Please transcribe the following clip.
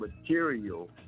material